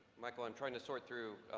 michael, i'm trying to sort through.